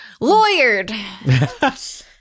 Lawyered